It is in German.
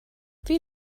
wie